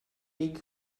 икӗ